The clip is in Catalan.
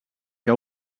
que